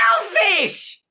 selfish